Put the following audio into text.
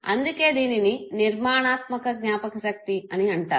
అందుకే దీనిని నిర్మాణాత్మక జ్ఞాపకశక్తి అని అంటారు